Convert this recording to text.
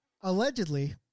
Allegedly